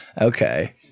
Okay